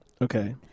Okay